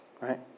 Right